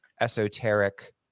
esoteric